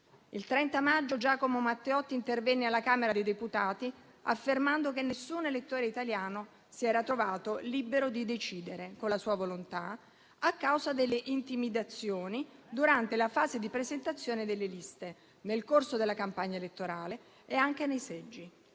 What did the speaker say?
Il 30 maggio Giacomo Matteotti intervenne alla Camera dei deputati, affermando che nessun elettore italiano si era trovato libero di decidere con la sua volontà, a causa delle intimidazioni durante la fase di presentazione delle liste, nel corso della campagna elettorale e anche nei seggi.